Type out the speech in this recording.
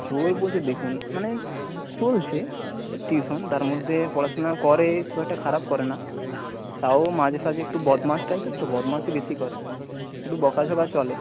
জোর বলতে দেখুন মানে চলছে টিউশন তার মধ্যে পড়াশোনা করে খুব একটা খারাপ করে না তাও মাঝেসাঝে একটু বদমাশ টাইপের তো বদমায়েশি বেশি করে একটু বকাঝকা চলে